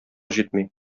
җитми